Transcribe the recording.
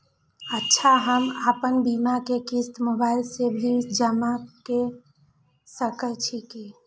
अच्छा हम आपन बीमा के क़िस्त मोबाइल से भी जमा के सकै छीयै की?